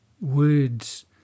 words